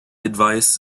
advice